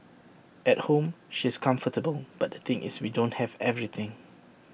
at home she's comfortable but the thing is we don't have everything